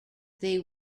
they